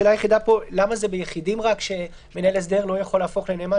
השאלה היחידה פה היא למה רק ביחידים מנהל הסדר לא יכול להפוך נאמן?